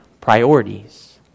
priorities